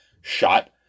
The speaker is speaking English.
shot